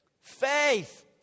Faith